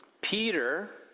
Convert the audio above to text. peter